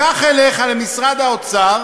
קח אליך למשרד האוצר